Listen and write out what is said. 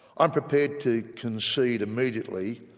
i'm prepared to concede immediately,